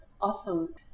Awesome